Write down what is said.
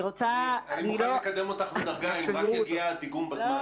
אני מוכן לקדם אותך בדרגה אם רק יגיע הדיגום בזמן.